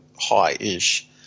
high-ish